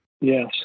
Yes